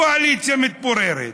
קואליציה מפוררת,